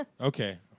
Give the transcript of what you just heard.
Okay